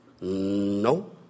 No